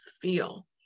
feel